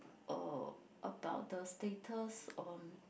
uh about the status um